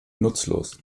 nutzlos